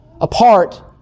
apart